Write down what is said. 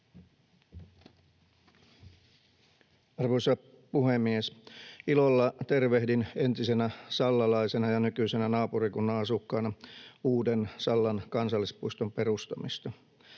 Arvoisa puhemies! Ilolla tervehdin entisenä sallalaisena ja nykyisenä naapurikunnan asukkaana uuden Sallan kansallispuiston perustamista.